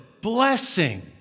blessing